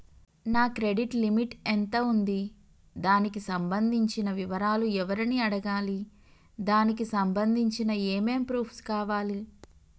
నా credit limit ఎంత ఉంది? దానికి సంబంధించిన వివరాలు ఎవరిని అడగాలి? దానికి సంబంధించిన ఏమేం ప్రూఫ్స్ కావాలి?